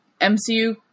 MCU